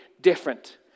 different